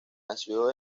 nació